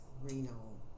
renal